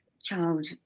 child